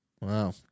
Wow